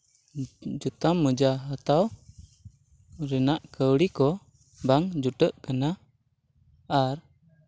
ᱡᱚᱛᱟ ᱢᱚᱡᱟ ᱦᱟᱛᱟᱣ ᱨᱮᱱᱟᱜ ᱠᱟᱹᱣᱰᱤ ᱠᱚ ᱵᱟᱝ ᱡᱩᱴᱟᱹᱜ ᱠᱟᱱᱟ ᱟᱨ